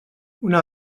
una